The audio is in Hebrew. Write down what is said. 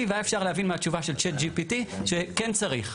והיה אפשר להבין מהתשובה של צ'טGPT שכן צריך.